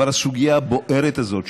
אבל הסוגיה הבוערת הזאת,